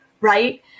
Right